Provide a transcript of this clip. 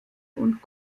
und